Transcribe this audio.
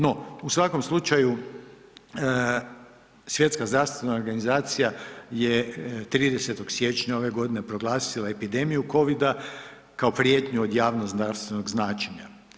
No, u svakom slučaju Svjetska zdravstvena organizacija je 30. siječnja ove godine proglasila epidemiju COVID-a kao prijetnju od javnozdravstvenog značenja.